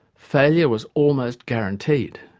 failure was almost guaranteed.